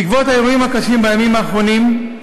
בעקבות האירועים הקשים בימים האחרונים,